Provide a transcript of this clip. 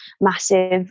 massive